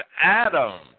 Adam